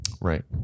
Right